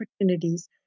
opportunities